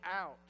out